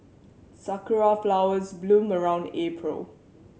sakura flowers bloom around April